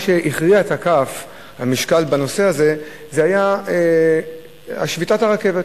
המשקל שהכריע את הכף בנושא הזה היה שביתת הרכבת.